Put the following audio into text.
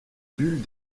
bulles